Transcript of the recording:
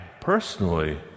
personally